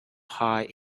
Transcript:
high